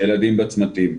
ילדים בצמתים.